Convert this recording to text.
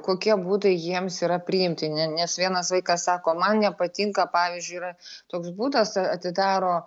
kokie būdai jiems yra priimtini nes vienas vaikas sako man nepatinka pavyzdžiui yra toks būdas atidaro